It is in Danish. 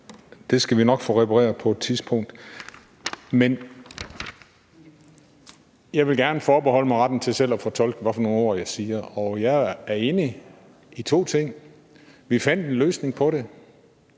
Det skal vi nok få repareret på et tidspunkt. Men jeg vil gerne forbeholde mig retten til selv at fortolke, hvad for nogle ord, jeg siger. Jeg er enig i to ting: Vi fandt en løsning på det,